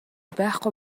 байхгүй